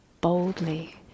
boldly